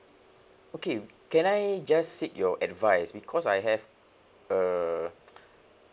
okay can I just seek your advice because I have uh